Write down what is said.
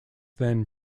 then